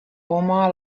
oma